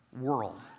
world